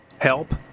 help